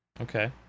Okay